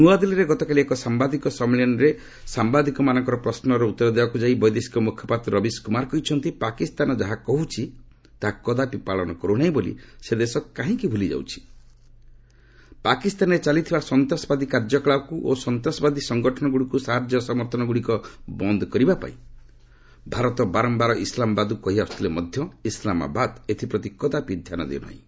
ନୂଆଦିଲ୍ଲୀରେ ଗତକାଲି ଏକ ସାମ୍ବାଦିକ ସମ୍ମିଳନୀରେ ସାମ୍ଭାଦିକମାନଙ୍କର ପ୍ରଶ୍ନର ଉତ୍ତର ଦେବାକୁ ଯାଇ ବୈଦେଶିକ ମୁଖପାତ୍ର ରବୀଶ କୁମାର କହିଛନ୍ତି ପାକିସ୍ତାନ ଯାହା କହୁଛି ତାହା କଦାପି ପାଳନ କରୁନାହିଁ ବୋଲି ସେ ଦେଶ କାହିଁକି ଭୁଲି ଯାଉଛ ପାକିସ୍ତାନରେ ଚାଲିଥିବା ସନ୍ତାସବାଦୀ କାର୍ଯ୍ୟକଳାପକୁ ଓ ସନ୍ତାସବାଦୀ ସଂଗଠନ ଗୁଡିକୁ ସାହାର୍ଯ୍ୟ ସମର୍ଥନଗୁଡିକ ବନ୍ଦ କରିବା ପାଇଁ ଭାରତ ବାରମ୍ଭାର ଇସ୍ଲାମବାଦକୁ କହି ଆସୁଥିଲେ ମଧ୍ୟ ଇସ୍ଲାମବାଦ ଏଥିପ୍ରତି କଦାପି ଧ୍ୟାନ ଦେଉନାହିଁ